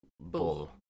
bull